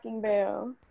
bail